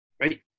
right